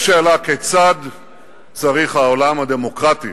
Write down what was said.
יש שאלה כיצד צריך העולם הדמוקרטי,